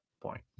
point